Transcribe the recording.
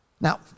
Now